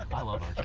i love